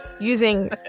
using